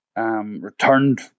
returned